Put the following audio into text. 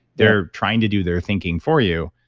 they're trying to do their thinking for you.